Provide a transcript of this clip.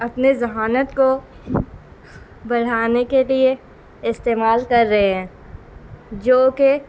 اپنے ذہانت کو بڑھانے کے لیے استعمال کر رہے ہیں جو کہ